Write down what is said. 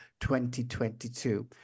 2022